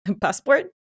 passport